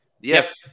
Yes